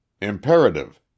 Imperative